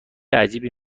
عجیبی